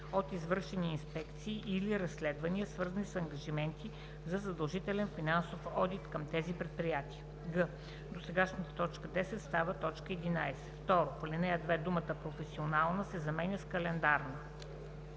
от извършени инспекции или разследвания, свързани с ангажименти за задължителен финансов одит към тези предприятия;“ г) досегашната т. 10 става т. 11. 2. В ал. 2 думата „професионална“ се заменя с „календарна“.“